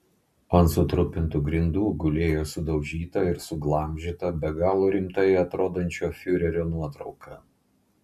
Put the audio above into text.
ant sutrupintų grindų gulėjo sudaužyta ir suglamžyta be galo rimtai atrodančio fiurerio nuotrauka